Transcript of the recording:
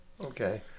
okay